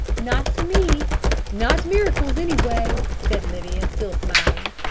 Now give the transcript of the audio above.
not to me not miracles, anyway, said lydia, still smiling,